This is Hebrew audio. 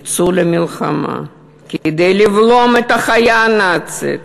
יצאו למלחמה כדי לבלום את החיה הנאצית.